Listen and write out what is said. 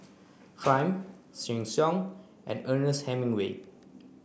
Triumph Sheng Siong and Ernest Hemingway